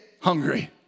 hungry